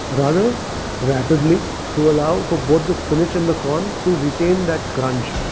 but rather rapidly to allow for both the spinach and the corn to retain that crunch.